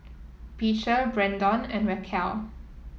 Beecher Brendon and Raquel